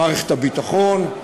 למערכת הביטחון.